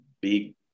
big